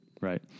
right